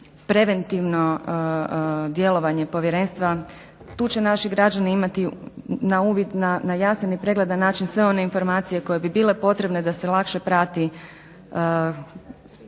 preventivno djelovanje povjerenstva. Tu će naši građani imati na uvid na jasan i pregledan način sve one informacije koje bi bile potrebne da se lakše prati